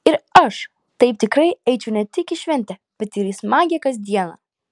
ir aš taip tikrai eičiau ne tik į šventę bet ir į smagią kasdieną